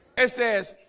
it says